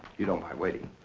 you don't mind waiting.